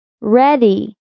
ready